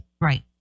right